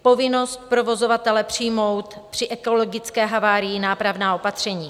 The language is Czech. Povinnost provozovatele přijmout při ekologické havárii nápravná opatření.